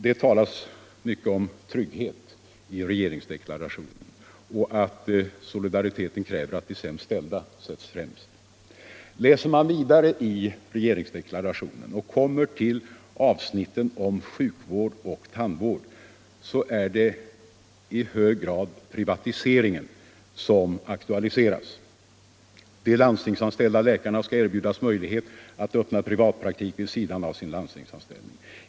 Det talas mycket om trygghet i regeringsdeklarationen och om att solidariteten kräver att de sämst ställda sätts främst. Läser man vidare i regeringsdeklarationen och kommer till avsnitten om sjukvård och tandvård, finner man att det i hög grad är privatiseringen som aktualiseras. De landstingsanstutna läkarna skall erbjudas möjlighet att öppna privatpraktik vid sidan av sin landstingsanställning.